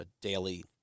daily